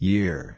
Year